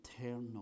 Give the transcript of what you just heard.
eternal